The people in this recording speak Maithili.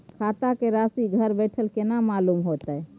खाता के राशि घर बेठल केना मालूम होते?